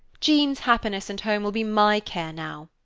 jean's happiness and home will be my care now.